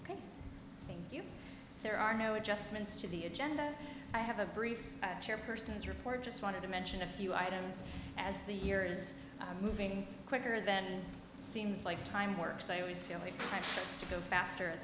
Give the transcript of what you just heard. thank you there are no adjustments to the agenda i have a brief chairpersons report just wanted to mention a few items as the years moving quicker than seems like time work so i always feel like i have to go faster at